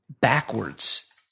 backwards